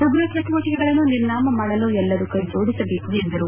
ಉಗ್ರ ಚಟುವಟಿಕೆಗಳನ್ನ ನಿರ್ನಾಮ ಮಾಡಲು ಎಲ್ಲರೂ ಕೈ ಜೋಡಿಸಬೇಕು ಎಂದರು